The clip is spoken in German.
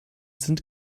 sind